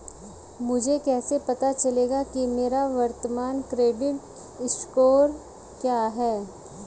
मुझे कैसे पता चलेगा कि मेरा वर्तमान क्रेडिट स्कोर क्या है?